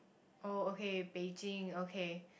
oh okay Beijing okay